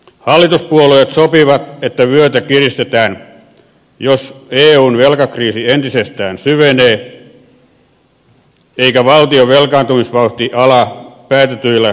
hallituspuolueet sopivat että vyötä kiristetään jos eun velkakriisi entisestään syvenee eikä valtion velkaantumisvauhti ala päätetyillä toimilla hidastua